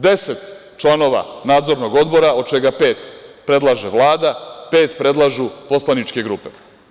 Deset članova nadzornog odbora, od čega pet predlaže Vlada, pet predlažu poslaničke grupe.